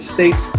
States